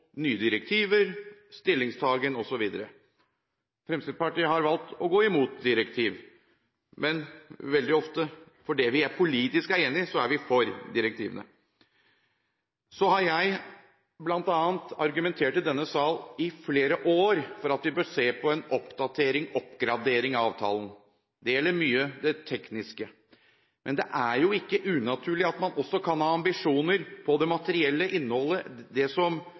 nye direktiver, stillingtagen osv. Fremskrittspartiet har valgt å gå imot direktiver, men veldig ofte er vi – der vi er politisk enige – for direktivene. Så har jeg bl.a. argumentert i denne sal, i flere år, for at vi bør se på en oppdatering, en oppgradering av avtalen. Det gjelder mye det tekniske. Men det er jo ikke unaturlig at man også kan ha ambisjoner med tanke på det materielle innholdet, det